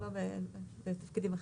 בתפקידים אחרים.